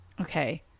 Okay